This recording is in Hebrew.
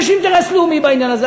יש אינטרס לאומי בעניין הזה.